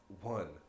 one